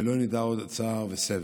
ולא נדע עוד צער וסבל.